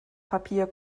papier